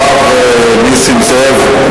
הרב נסים זאב,